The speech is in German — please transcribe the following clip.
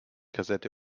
kassette